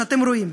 שאתם רואים.